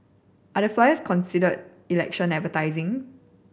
are the flyers considered election advertising